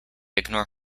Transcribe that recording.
ignore